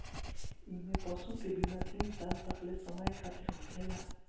इमें पशु के बीमा तीन साल तकले के समय खातिरा होखेला